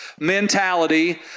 mentality